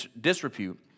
disrepute